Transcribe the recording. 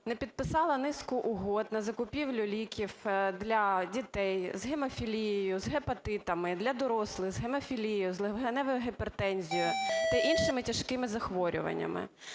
не підписало низку угод на закупівлю ліків для дітей з гемофілією, з гепатитами, для дорослих з гемофілією, з легеневою гіпертензією та іншими тяжкими захворюваннями.